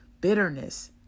bitterness